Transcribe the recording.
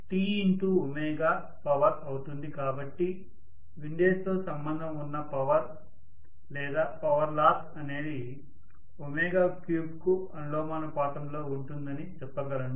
T power అవుతుంది కాబట్టి windage తో సంబంధం ఉన్న పవర్ లేదా పవర్ లాస్ అనేది 3కు అనులోమానుపాతం లో ఉంటుందని చెప్పగలను